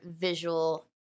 visual